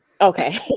Okay